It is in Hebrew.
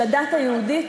של הדת היהודית,